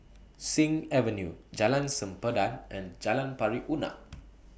Sing Avenue Jalan Sempadan and Jalan Pari Unak